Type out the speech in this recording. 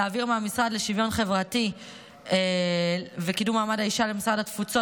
להעביר מהמשרד לשוויון חברתי וקידום מעמד האישה למשרד התפוצות